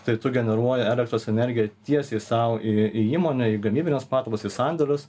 tai tu generuoji elektros energiją tiesiai sau į į įmonę į gamybines patalpas į sandėlius